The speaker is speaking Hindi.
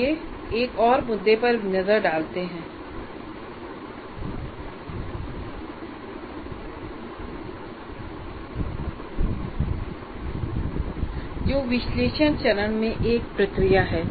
आइए एक और मुद्दे पर नजर डालते हैं जो विश्लेषण चरण में एक और प्रक्रिया है